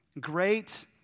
great